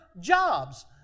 jobs